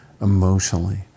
emotionally